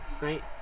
Right